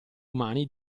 umani